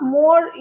more